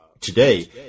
today